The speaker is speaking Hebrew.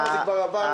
אז למה הוא כבר עבר?